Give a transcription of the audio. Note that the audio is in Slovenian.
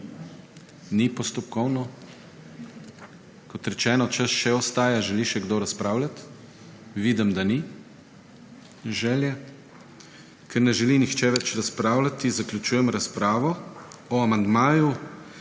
Ni postopkovno. Kot rečeno, čas še obstaja. Ali želi še kdo razpravljati? Vidim, da ni želje. Ker ne želi nihče več razpravljati, zaključujem razpravo. O amandmaju